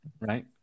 right